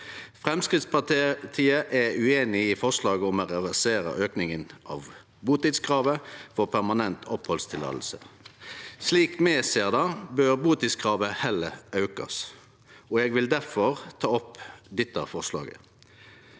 Framstegspartiet er ueinig i forslaget om å reversere aukinga av butidskravet for permanent opphaldsløyve. Slik me ser det, bør butidskravet heller aukast. Eg vil difor ta opp dette forslaget: